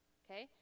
okay